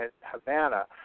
Havana